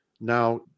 now